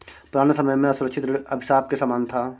पुराने समय में असुरक्षित ऋण अभिशाप के समान था